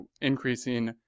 increasing